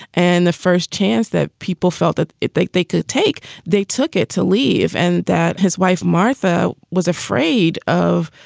and the first chance that people felt that they they could take, they took it to leave and that his wife, martha was afraid of